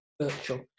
virtual